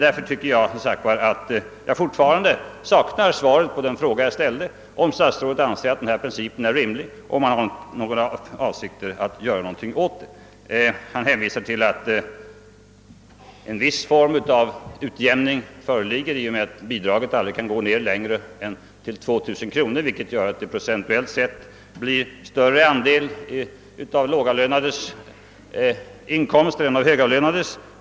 Därför saknar jag fortfarande svaret på den fråga jag ställde, om statsrådet anser att den här principen är rimlig och om han har för avsikt att göra någonting åt den. Statsrådet hänvisar till att en viss form av utjämning förekommer i och med att bidraget aldrig kan gå ned lägre än till 2000 kronor, vilket gör att det procentuellt sett blir en större andel av lågavlönades inkomster än av högavlönades.